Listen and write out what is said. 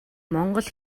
монгол